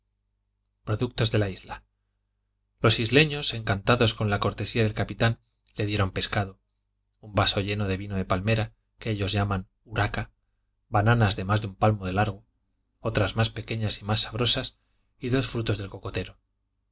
dados de la isla los isleños encantados con la cortesía del capitán le dieron pescado un vaso lleno de vino de palmera que ellos llaman uraca bananas de más de un palmo de largo otras más pequeñas y más sabrosas y dos frutos del cocotero